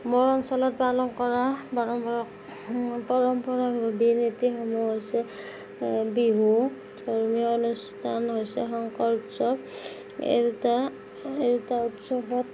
মোৰ অঞ্চলত পালন কৰা পৰম্পৰা ৰীতি নীতিসমূহ হৈছে বিহু ধৰ্মীয় অনুষ্ঠান হৈছে শংকৰ উৎসৱ এই দুটা এই দুটা উৎসৱত